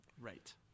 right